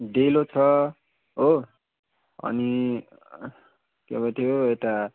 डेलो छ हो अनि के पो त्यो यता